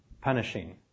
punishing